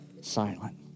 silent